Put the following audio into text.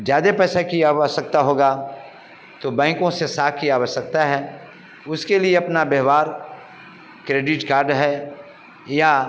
ज़्यादा पैसा की आवश्कता होगी तो बैंकों से साख की आवश्कता है उसके लिए अपना व्यवहार क्रेडिट कार्ड है या